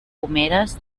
pomeres